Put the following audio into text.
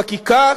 החקיקה